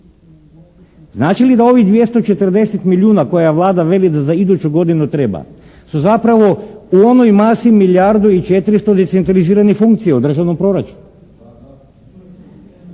Znači li da ovih 240 milijuna koje Vlada veli da za iduću godinu treba su zapravo u onoj masi milijardu i 400 decentraliziranih funkcija u državnom proračunu.